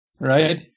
right